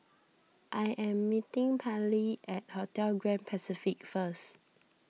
I am meeting Pallie at Hotel Grand Pacific first